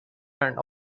and